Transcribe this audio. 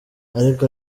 ariko